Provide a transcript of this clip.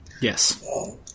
Yes